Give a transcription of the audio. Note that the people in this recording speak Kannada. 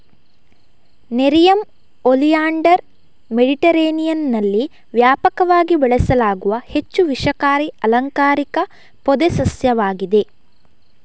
ನೆರಿಯಮ್ ಒಲಿಯಾಂಡರ್ ಮೆಡಿಟರೇನಿಯನ್ನಲ್ಲಿ ವ್ಯಾಪಕವಾಗಿ ಬೆಳೆಸಲಾಗುವ ಹೆಚ್ಚು ವಿಷಕಾರಿ ಅಲಂಕಾರಿಕ ಪೊದೆ ಸಸ್ಯವಾಗಿದೆ